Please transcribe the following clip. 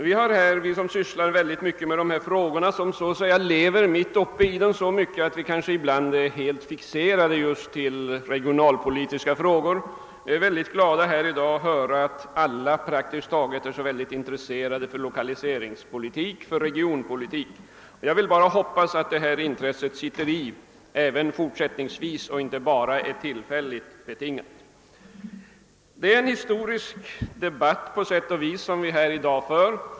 Vi som sysslar med dessa frågor — som så att säga lever mitt uppe i dem så att vi kanske ibland är helt fixerade just till regionalpolitiska frågor — är mycket glada att i dag höra att praktiskt taget alla är så intresserade av lokaliseringspolitik och regionalpolitik. Jag hoppas bara att intresset sitter i även i fortsättningen och inte är tillfälligt betingat. Det är på sätt och vis en historisk debatt som förs i dag.